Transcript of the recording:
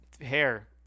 hair